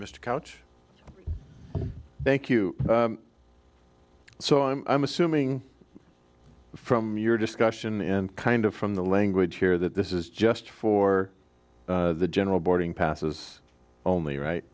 mr couch thank you so i'm i'm assuming from your discussion and kind of from the language here that this is just for the general boarding passes only right